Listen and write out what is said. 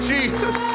Jesus